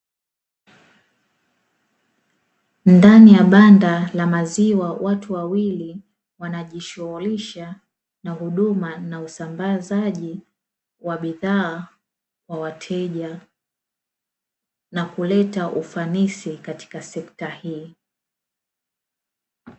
Ndani ya banda la maziwa watu wawili wanajishughulisha na huduma na usambazaji wa bidhaa kwa wateja na kuleta ufanisi katika sekta hii.